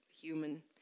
human